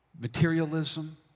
materialism